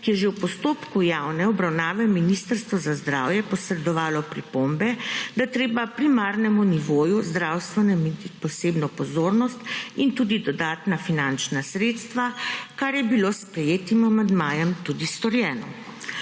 ki je že v postopku javne obravnave Ministrstvu za zdravje posredovalo pripombe, da je treba primarnemu nivoju zdravstvu nameniti posebno pozornost in tudi dodatna finančna sredstva, kar je bilo s sprejetim amandmajem tudi storjeno.